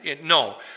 No